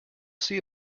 see